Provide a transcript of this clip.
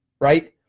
right.